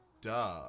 duh